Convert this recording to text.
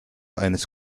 eines